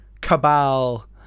cabal